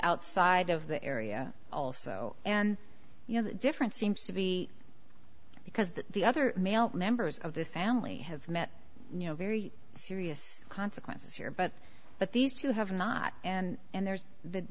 outside of the area also and you know the difference seems to be because the other male members of this family have met you know very serious consequences here but but these two have not and and there's